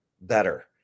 better